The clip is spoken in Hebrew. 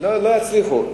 לא יצליחו.